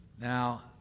Now